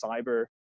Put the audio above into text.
cyber